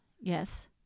Yes